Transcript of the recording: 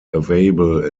available